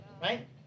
Right